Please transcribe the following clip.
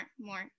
more